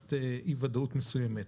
ברמת אי ודאות מסוימת.